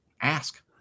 ask